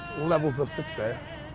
levels of success,